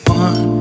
one